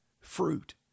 fruit